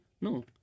no